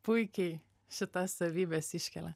puikiai šitas savybes iškelia